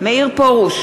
מאיר פרוש,